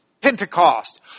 Pentecost